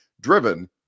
driven